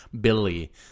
Billy